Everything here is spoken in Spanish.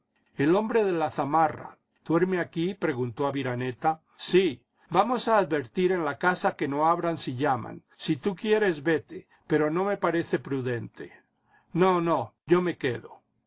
el hombre de la zamarra duerme aquí preguntó aviraneta sí vamos a advertir en la casa que no abran si llaman si tú quieres vete pero no me parece prudente no no yo me quedo